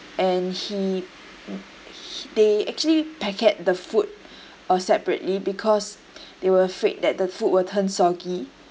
and he they actually packet the food uh separately because they were afraid that the food will turn soggy